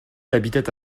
habitaient